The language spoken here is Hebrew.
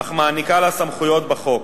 אך מעניקה לה סמכויות בחוק,